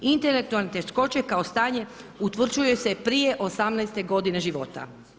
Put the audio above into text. Intelektualne teškoće kao stanje utvrđuje se prije 18. godine života.